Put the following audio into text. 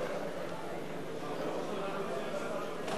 מסדר-היום את הצעת חוק דיור סוציאלי במרכז הארץ,